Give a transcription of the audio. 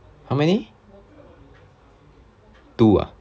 how many two ah